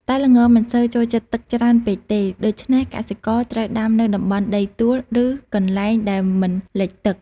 តែល្ងមិនសូវចូលចិត្តទឹកច្រើនពេកទេ ដូច្នេះកសិករត្រូវដាំនៅតំបន់ដីទួល ឬកន្លែងដែលមិនលិចទឹក។